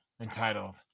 entitled